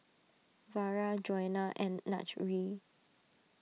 Vara Joanna and Najee